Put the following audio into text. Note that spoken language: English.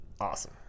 awesome